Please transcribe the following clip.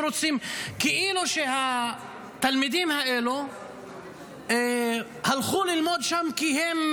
כאילו שהתלמידים האלה הלכו ללמוד שם כי הם